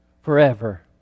forever